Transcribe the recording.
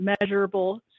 measurable